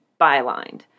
bylined